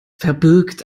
verbirgt